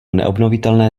neobnovitelné